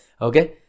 Okay